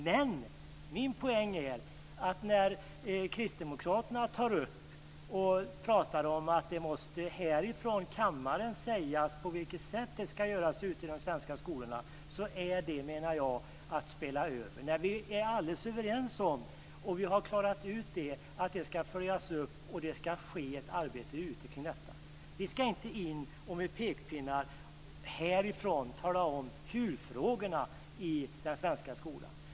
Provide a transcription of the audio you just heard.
Men min poäng är att när kristdemokraterna talar om att det härifrån kammaren måste sägas på vilket sätt den ska genomföras ute på de svenska skolorna, menar jag att det är att spela över. Vi är alldeles överens om och har klarat ut att det ska ske en uppföljning och att det ska ske ett arbete ute i skolorna kring detta. Vi ska inte gå in med pekpinnar härifrån och tala om huvudfrågorna i den svenska skolan.